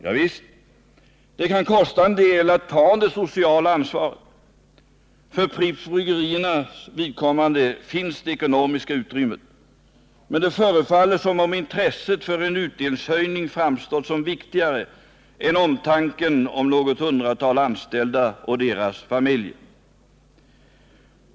Ja visst, det kan kosta en del att ta det sociala ansvaret. För Pripps Bryggeriers vidkommande finns det ekonomiska utrymmet. Men det förefaller som om intresset för en utdelningshöjning framstått som viktigare än omtanken om något hundratal anställda och deras familjer.